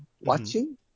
watching